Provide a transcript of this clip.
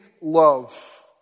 love